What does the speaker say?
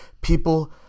people